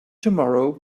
tomorrow